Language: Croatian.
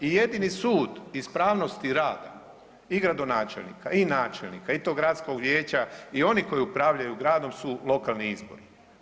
I jedini sud ispravnosti rada i gradonačelnika i načelnika i tog gradskog vijeća i oni koji upravljaju gradom su lokalni izbori.